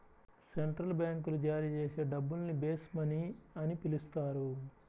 central బ్యాంకులు జారీ చేసే డబ్బుల్ని బేస్ మనీ అని పిలుస్తారు